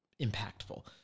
impactful